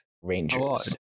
rangers